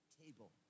table